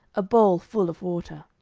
a bowl full of water.